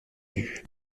vue